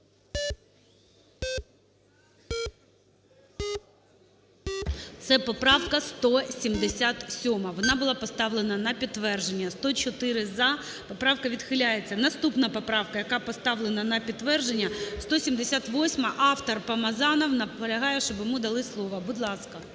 Це поправка 177-а. Вона була поставлена на підтвердження. 13:13:16 За-104 Поправка відхиляється. Наступна поправка, яка поставлена на підтвердження, 178-а. Автор Помазанов наполягає, щоб йому дали слово. Будь ласка.